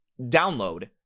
download